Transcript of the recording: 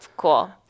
Cool